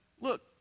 look